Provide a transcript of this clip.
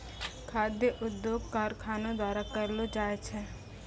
खाद्य उद्योग कारखानो द्वारा करलो जाय छै